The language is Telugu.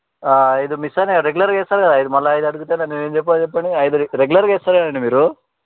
ఏదో మిస్ అయ్యాయి రెగ్యులర్గా వేస్తారు కదా ఇది మళ్ళీ ఐదు అడిగితే నేను ఏం చెప్పాలి చెప్పండి ఐదు రెగ్యులర్గా వేస్తారు కదండీ మీరు